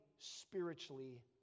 spiritually